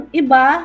iba